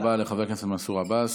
תודה רבה לחבר הכנסת מנסור עבאס.